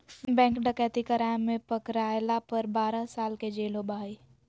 bank डकैती कराय में पकरायला पर बारह साल के जेल होबा हइ